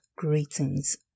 Greetings